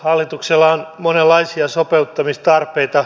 hallituksella on monenlaisia sopeuttamistarpeita